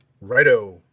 Righto